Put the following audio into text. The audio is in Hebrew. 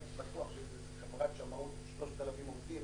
הייתי בטוח שזו חברת שמאות של 3,000 עובדים,